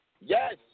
Yes